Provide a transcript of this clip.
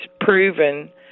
proven